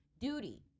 duty